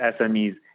SMEs